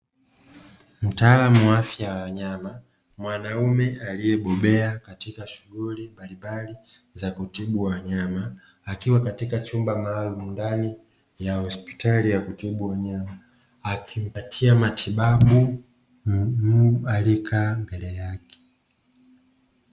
Mtaalamu wa afya ya wanyama, mwanaume aliyebobea katika shughuli mbalimbali za kutibu wanyama akiwa katika chumba maalumu ndani ya hospitali ya kutibu wanyama, akimpatia matibabu mbwa aliyekaa mbele yake.